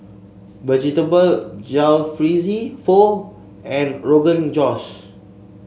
Vegetable Jalfrezi Pho and Rogan Josh